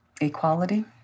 equality